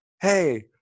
hey